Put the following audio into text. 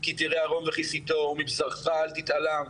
כי תראה ערום וכיסיתו ומבשרך לא תתעלם".